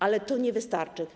Ale to nie wystarczy.